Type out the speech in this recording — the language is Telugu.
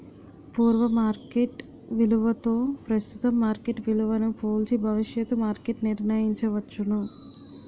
పూర్వ మార్కెట్ విలువతో ప్రస్తుతం మార్కెట్ విలువను పోల్చి భవిష్యత్తు మార్కెట్ నిర్ణయించవచ్చు